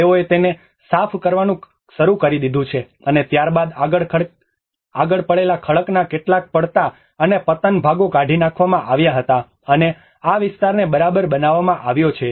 તેઓએ તેને સાફ કરવાનું શરૂ કરી દીધું છે અને ત્યારબાદ આગળ પડેલા ખડકના કેટલાક પડતા અને પતન ભાગો કાઢી નાખવામાં આવ્યા હતા અને આ વિસ્તારને બરાબર બનાવવામાં આવ્યો છે